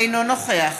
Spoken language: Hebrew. אינו נוכח